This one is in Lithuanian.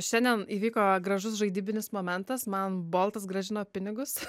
šiandien įvyko gražus žaidybinis momentas man boltas grąžino pinigus